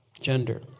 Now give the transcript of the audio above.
gender